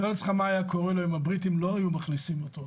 תאר לעצמך מה היה קורה לו אם הבריטים לא היו מכניסים אותו.